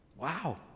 Wow